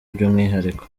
by’umwihariko